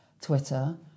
Twitter